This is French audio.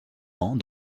ans